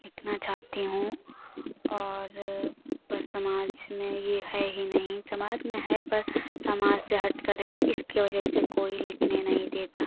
लिखना चाहती हूँ और पर समाज में ये है ही नहीं समाज में है पर समाज से हटकर है इसके वजह से कोई लिखने नहीं देता